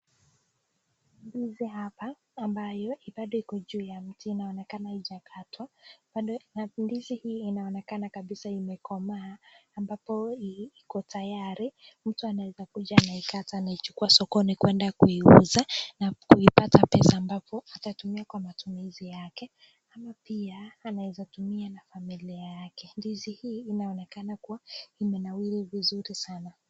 Ndizi hapa ambayo bado iko juu ya mti. Inaonekana haijakatwa na ndizi hii inaonekana kabisa imekomaa ambapo hii iko tayari. Mtu anaweza kaita na kuijukua sokoni kwenda kuiuza na kuipata pesa ambapo anatumia kwa matumizi yake ama pia anaweza tumia na familia yake. Ndizi hii inaonekana kuwa imenawiri vizuri sana.